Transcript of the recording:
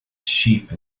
sheep